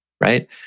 right